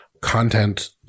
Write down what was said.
content